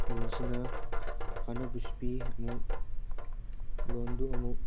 ꯂꯣꯟꯁꯤꯅ ꯀꯥꯟꯅꯕꯁꯨ ꯄꯤ ꯑꯃꯨꯛ ꯂꯣꯟꯗꯨ ꯑꯃꯨꯛ